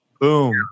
boom